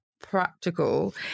practical